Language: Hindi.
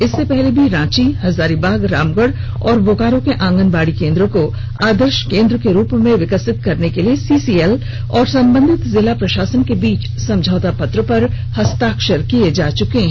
इससे पहले भी रांची हजारीबाग रामगढ़ और बोकारो के आंगनबाड़ी केंद्रों को आदर्श केंद्र के रुप में विकसित करने के लिए सीसीएल और संबंधित जिला प्रशासन के बीच समझौता पत्र पर हस्ताक्षर किया जा चुका है